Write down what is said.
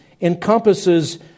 encompasses